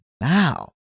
now